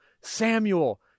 Samuel